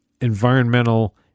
environmental